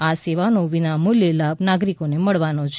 આ સેવાઓનો વિનામૂલ્યે લાભ નાગરિકોને મળવાનો છે